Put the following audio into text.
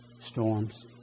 storms